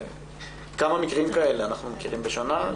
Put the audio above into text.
כמה מקרים כאלה אנחנו מכירים בשנה?